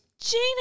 Gina